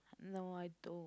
no I don't